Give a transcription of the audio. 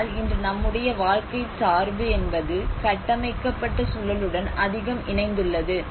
ஆனால் இன்று நம்முடைய வாழ்க்கைச் சார்பு என்பது கட்டமைக்கப்பட்ட சூழலுடன் அதிகம் இணைந்துள்ளது